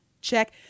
check